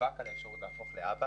ונאבק על הזכות להפוך לאבא